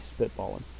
spitballing